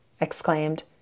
exclaimed